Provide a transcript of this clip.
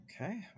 Okay